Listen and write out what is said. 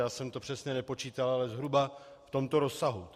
Já jsem to přesně nepočítal, ale zhruba v tomto rozsahu.